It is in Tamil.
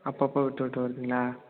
அப்போ அப்போ விட்டு விட்டு வருதுங்களா